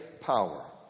power